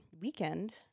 weekend